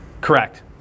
Correct